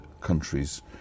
countries